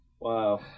Wow